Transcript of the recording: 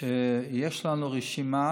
שיש לנו רשימה